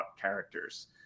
characters